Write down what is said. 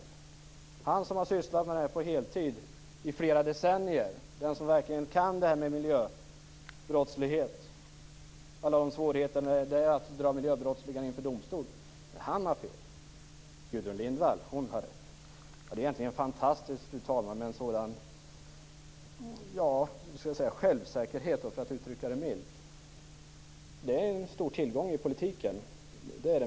Men han har ju i flera decennier sysslat med dessa frågor och är den som verkligen kan det här med miljöbrottslighet och alla svårigheter som det innebär att dra miljöbrottslingar inför domstol. Nej, han har fel men Gudrun Lindvall, hon har rätt! Fru talman! Egentligen är det fantastiskt att ha en sådan självsäkerhet, milt uttryckt. Det är en stor tillgång i politiken.